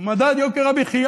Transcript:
למדד יוקר המחיה